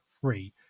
free